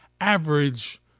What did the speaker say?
average